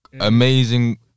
amazing